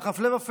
אך הפלא ופלא,